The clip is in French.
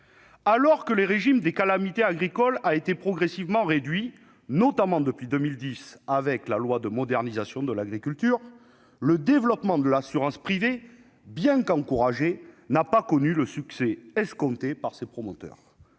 Alors que le régime des calamités agricoles a été progressivement réduit, notamment depuis 2010 avec la loi de modernisation de l'agriculture et de la pêche, le développement de l'assurance privée, bien qu'encouragé, n'a pas connu le succès escompté par ses promoteurs.